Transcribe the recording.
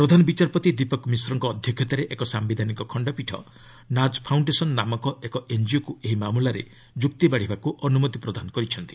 ପ୍ରଧାନ ବିଚାରପତି ଦୀପକ ମିଶ୍ରଙ୍କ ଅଧ୍ୟକ୍ଷତାରେ ଏକ ସାୟିଧାନିକ ଖଣ୍ଡପୀଠ ନାଜ୍ ଫାଉଣ୍ଡେସନ ନାମକ ଏକ ଏନ୍ଜିଓକୁ ଏହି ମାମଲାରେ ଯୁକ୍ତି ବାଢ଼ିବାକୁ ଅନୁମତି ପ୍ରଦାନ କରିଛନ୍ତି